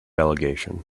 allegation